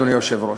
אדוני היושב-ראש,